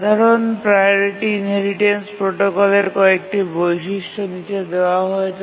সাধারণ priority inheritance প্রোটোকলের কয়েকটি বৈশিষ্ট্য নীচে দেওয়া হয়েছে